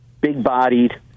big-bodied